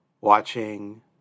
watching